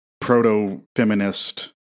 proto-feminist